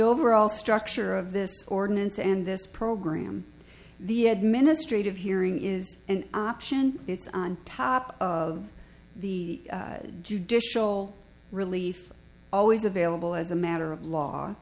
overall structure of this ordinance and this program the administrative hearing is an option it's on top of the judicial relief always available as a matter of law